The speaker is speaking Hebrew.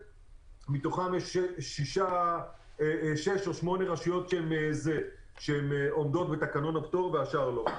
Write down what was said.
ומתוכן יש שש או שמונה רשויות שעומדות בתקנון הפטור והשאר לא.